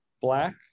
Black